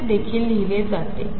असेदेखीललिहिलेजाते